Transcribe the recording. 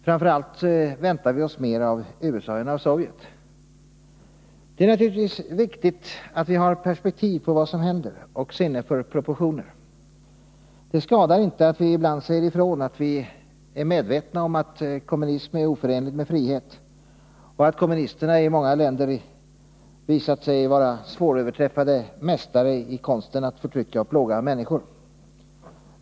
Framför allt väntar vi oss mer av USA än av Sovjet. Det är naturligtvis viktigt att vi har perspektiv på vad som händer och sinne för proportioner. Det skadar inte att vi ibland säger ifrån att vi är medvetna om att kommunism är oförenlig med frihet och att kommunisterna i många länder visat sig vara svåröverträffade mästare i konsten att förtrycka och plåga människor.